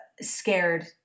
scared